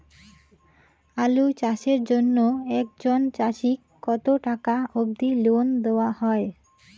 আলু চাষের জন্য একজন চাষীক কতো টাকা অব্দি লোন দেওয়া হয়?